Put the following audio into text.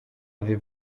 avez